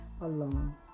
alone